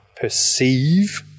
perceive –